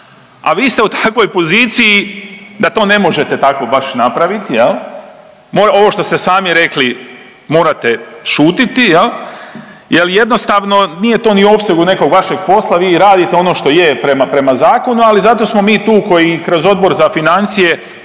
a vi ste u takvoj poziciji da to ne možete tako baš napraviti, ovo što ste sami rekli morate šutiti jel jednostavno nije to ni opseg nekog vašeg posla, vi i radite ono što je prema zakonu, ali zato smo mi tu koji kroz Odbor za financije,